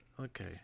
Okay